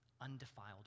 undefiled